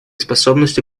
способностью